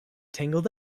tangled